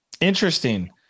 Interesting